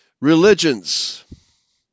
religions